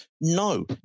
No